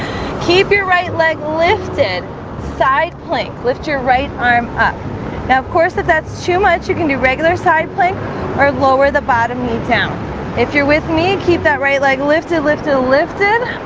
keep your right leg lifted side plank lift your right arm up now of course if that's too much you can do regular side plank or lower the bottom knee down if you're with me and keep that right leg lifted lifted lifted